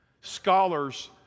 scholars